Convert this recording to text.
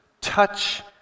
touch